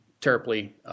terribly –